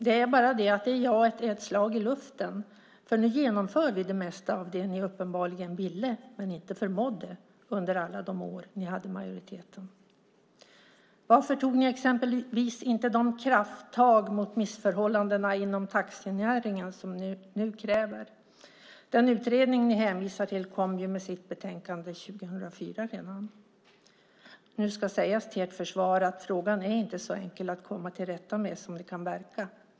Det är bara det att det jaet är ett slag i luften, för nu genomför vi det mesta av det ni uppenbarligen ville men inte förmådde under alla de år ni hade majoriteten. Varför tog ni exempelvis inte de krafttag mot missförhållandena inom taxinäringen som ni nu kräver? Den utredning ni hänvisar till kom ju med sitt betänkande redan 2004. Nu ska sägas till ert försvar att frågan inte är så enkel att komma till rätta med som det kan verka.